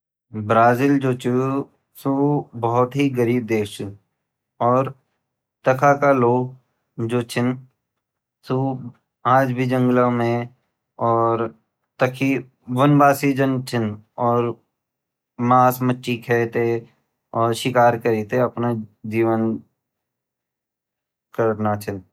ब्राज़ील जू ची ऊ भोत ही गरीब देश ची और ताखा लोग जो छिन उ आज भी जांगलू मा औरर तखि वनवासी जन छिन और मांस-मच्छी खे ते अप्रु जीवन काटडा छिन।